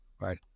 right